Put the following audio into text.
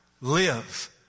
live